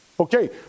Okay